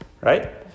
Right